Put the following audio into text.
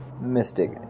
mystic